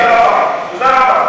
תודה רבה.